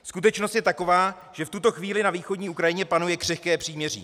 Skutečnost je taková, že v tuto chvíli na východní Ukrajině panuje křehké příměří.